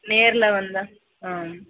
நேரில் வந்தால்